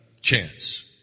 chance